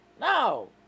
No